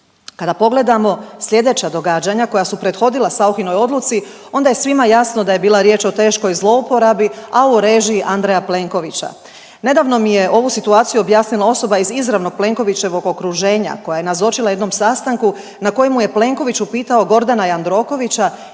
Kada pogledamo sljedeća događanja koja su prethodila Sauchinoj odluci, onda je svima jasno da je bila riječ o teškoj zlouporabi a u režiji Andreja Plenkovića. Nedavno mi je ovu situaciju objasnila osoba iz izravnog Plenkovićevog okruženja koja je nazočila jednom sastanku na kojemu je Plenković upitao Gordana Jandrokovića